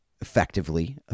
effectively